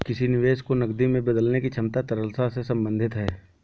किसी निवेश को नकदी में बदलने की क्षमता तरलता से संबंधित है